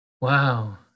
wow